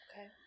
Okay